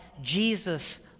Jesus